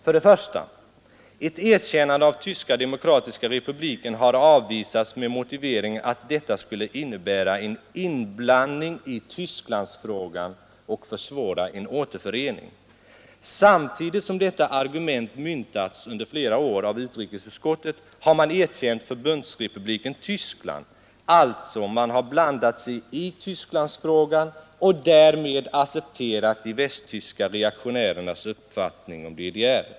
För det första: Ett erkännande av Tyska demokratiska republiken har avvisats med motivering att detta skulle innebära en inblandning i Tysklandsfrågan och försvåra en återförening. Samtidigt som detta argument myntats under flera år av utrikesutskottet har man erkänt Förbundsrepubliken Tyskland. Man har alltså blandat sig i Tysklandsfrågan och därmed accepterat de västtyska reaktionärernas uppfattning om DDR.